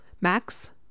max